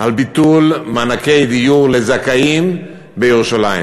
על ביטול מענקי דיור לזכאים בירושלים.